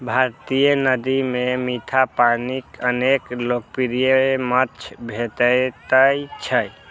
भारतीय नदी मे मीठा पानिक अनेक लोकप्रिय माछ भेटैत छैक